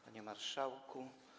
Panie Marszałku!